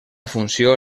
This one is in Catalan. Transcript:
funció